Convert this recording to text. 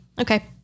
Okay